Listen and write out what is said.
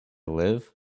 live